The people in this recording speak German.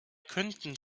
könnten